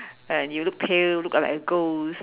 and you look pale look like a ghost